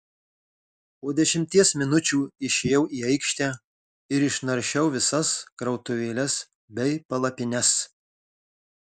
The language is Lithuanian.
po dešimties minučių išėjau į aikštę ir išnaršiau visas krautuvėles bei palapines